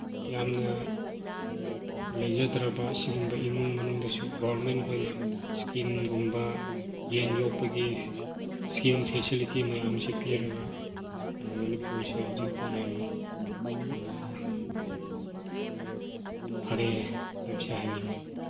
ꯌꯥꯝꯅ ꯂꯩꯖꯗ꯭ꯔꯕ ꯁꯤꯒꯨꯝꯕ ꯏꯃꯨꯡ ꯃꯅꯨꯡꯗꯁꯨ ꯒꯣꯔꯃꯦꯟꯈꯣꯏꯅ ꯏꯁꯀꯤꯝꯒꯨꯝꯕ ꯌꯦꯟ ꯌꯣꯛꯄꯒꯤ ꯏꯁꯀꯤꯝ ꯐꯦꯁꯤꯂꯤꯇꯤ ꯃꯌꯥꯝꯁꯦ ꯄꯤꯔꯒ ꯃꯅꯤꯄꯨꯔꯁꯦ ꯍꯧꯖꯤꯛꯇꯤ ꯌꯥꯝ ꯐꯔꯦ ꯍꯥꯏꯕꯁꯦ ꯍꯥꯏꯅꯤꯡꯏ